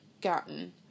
gotten